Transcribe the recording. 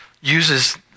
uses